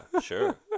Sure